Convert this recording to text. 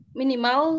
minimal